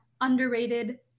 underrated